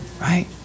Right